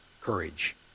courage